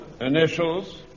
Initials